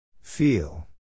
feel